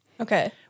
Okay